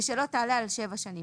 ושלא תעלה על שבע שנים.